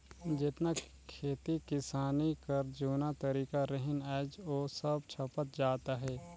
जेतना खेती किसानी कर जूना तरीका रहिन आएज ओ सब छपत जात अहे